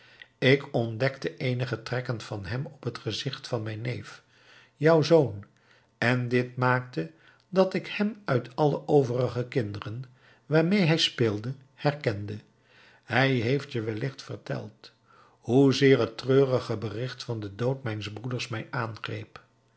ik ontdekte eenige trekken van hem op het gezicht van mijn neef jouw zoon en dit maakte dat ik hem uit alle overige kinderen waarmee hij speelde herkende hij heeft je wellicht verteld hoezeer het treurige bericht van den dood mijns broeders mij